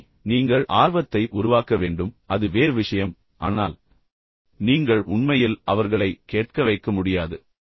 எனவே நீங்கள் ஆர்வத்தை உருவாக்க வேண்டும் அது வேறு விஷயம் ஆனால் நீங்கள் உண்மையில் அவர்களை கேட்க வைக்க முடியாது